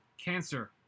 cancer